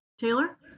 Taylor